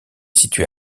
située